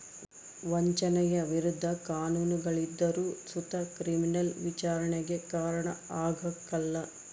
ವಂಚನೆಯ ವಿರುದ್ಧ ಕಾನೂನುಗಳಿದ್ದರು ಸುತ ಕ್ರಿಮಿನಲ್ ವಿಚಾರಣೆಗೆ ಕಾರಣ ಆಗ್ಕಲ